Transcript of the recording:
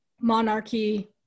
monarchy